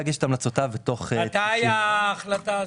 ממתי ההחלטה הזאת?